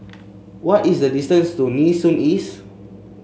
what is the distance to Nee Soon East